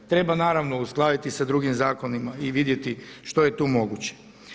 Treba naravno uskladiti sa drugim zakonima i vidjeti što je tu moguće.